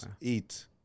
eat